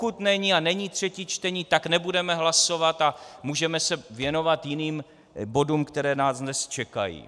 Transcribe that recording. Pokud není a není třetí čtení, tak nebudeme hlasovat a můžeme se věnovat jiným bodům, které nás dnes čekají.